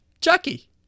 Chucky